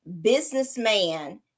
businessman